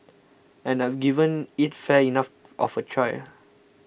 and I've given it fair enough of a try